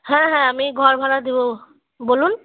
হ্যাঁ হ্যাঁ আমি ঘর ভাড়া দেবো বলুন